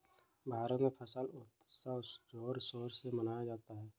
भारत में फसल उत्सव जोर शोर से मनाया जाता है